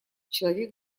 человек